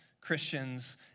Christians